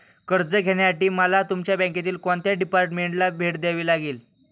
कर्ज घेण्यासाठी मला तुमच्या बँकेतील कोणत्या डिपार्टमेंटला भेट द्यावी लागेल?